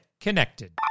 connected